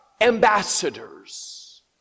ambassadors